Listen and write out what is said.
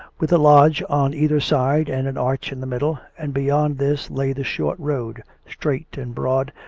with a lodge on either side and an arch in the middle, and beyond this lay the short road, straight and broad,